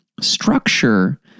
structure